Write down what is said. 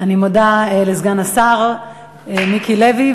אני מודה לסגן השר מיקי לוי,